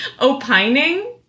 opining